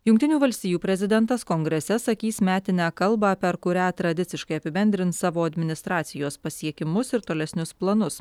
jungtinių valstijų prezidentas kongrese sakys metinę kalbą per kurią tradiciškai apibendrins savo administracijos pasiekimus ir tolesnius planus